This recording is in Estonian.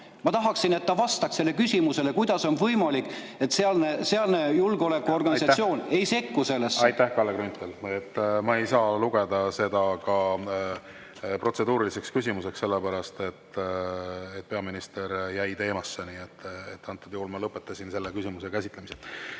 Ma tahaksin, et ta vastaks küsimusele, kuidas on võimalik, et [Venemaa] julgeolekuorganisatsioon ei sekku sellesse. Aitäh, Kalle Grünthal! Ma ei saa ka seda lugeda protseduuriliseks küsimuseks, sellepärast et peaminister jäi teemasse. Ma lõpetasin selle küsimuse käsitlemise.